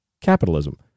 capitalism